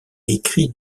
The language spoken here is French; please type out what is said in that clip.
écrit